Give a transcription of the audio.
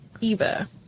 Eva